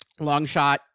Longshot